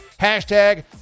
Hashtag